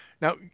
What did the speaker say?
Now